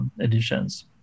editions